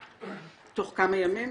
תוך כמה ימים.